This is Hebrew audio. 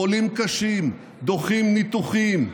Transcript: חולים קשים, דוחים ניתוחים,